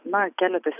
na keletas